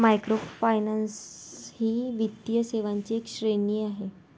microfinance ही वित्तीय सेवांची एक श्रेणी आहे